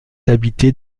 habitée